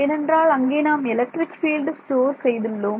ஏனென்றால் அங்கே நாம் எலக்ட்ரிக் ஃபீல்டு ஸ்டோர் செய்துள்ளோம்